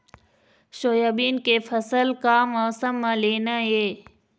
Soybean के फसल का मौसम म लेना ये?